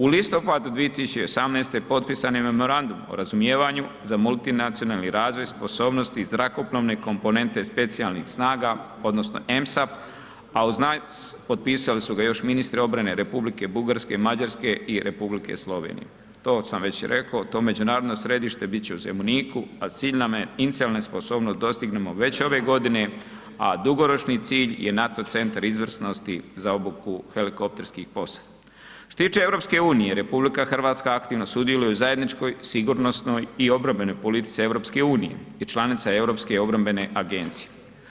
U listopadu 2018. potpisan je memorandum o razumijevanju za multinacionalni razvoj sposobnosti zrakoplovne komponentne specijalnih snaga odnosno … [[Govornik se ne razumije]] , a u znak potpisali su ga još ministri obrane Republike Bugarske, Mađarske i Republike Slovenije, to sam već i rekao, to međunarodno središte bit će u Zemuniku, a cilj nam je inicijalne … [[Govornik se ne razumije]] da dostignemo već ove, a dugoročni cilj je NATO centar izvrsnosti za obuku helikopterskih … [[Govornik se ne razumije]] Što se tiče EU, RH aktivno sudjeluje u zajedničkoj, sigurnosnoj i obrambenoj politici EU i članica je europske obrambene agencije.